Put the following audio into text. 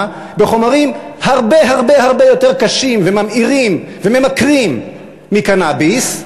בחומרים הרבה הרבה הרבה יותר קשים וממאירים וממכרים מקנאביס,